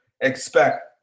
expect